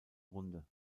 runde